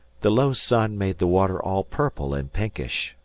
the low sun made the water all purple and pinkish,